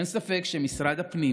אין ספק שמשרד הפנים